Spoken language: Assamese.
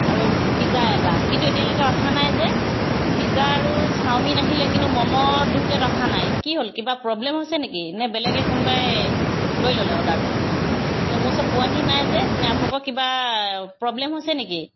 আৰু পিজা এটা কিন্তু এতিয়ালৈকে অহা নাই যে পিজা আৰু চাওমিন আহিলে কিন্তু মম' দুই প্লেট অহা নাই কি হ'ল কিবা প্ৰ'ব্লেম হৈছে নেকি নে বেলেগে কোনোবাই লৈ ল'লে অৰ্ডাৰটো মোৰ ওচৰত পোৱাহি নাই যে নে আপোনালোকৰ কিবা প্ৰ'ব্লেম হৈছে নেকি